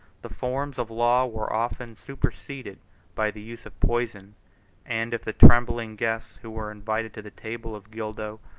the forms of law were often superseded by the use of poison and if the trembling guests, who were invited to the table of gildo,